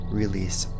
release